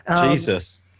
Jesus